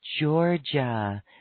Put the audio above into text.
Georgia